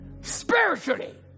spiritually